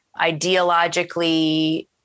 ideologically